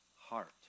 Heart